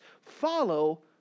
follow